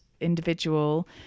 individual